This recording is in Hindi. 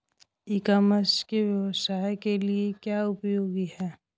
ई कॉमर्स के व्यवसाय के लिए क्या उपयोगिता है?